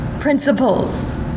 principles